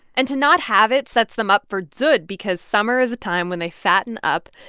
and to not have it sets them up for dzud because summer is a time when they fatten up.